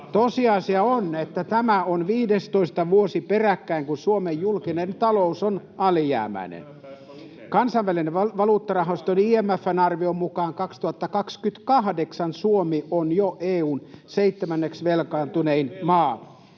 tosiasia on, että tämä on 15. vuosi peräkkäin, kun Suomen julkinen talous on alijäämäinen. Kansainvälisen valuuttarahaston IMF:n arvion mukaan 2028 Suomi on jo EU:n seitsemänneksi velkaantunein maa.